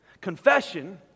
confession